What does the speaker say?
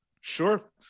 Sure